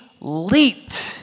leaped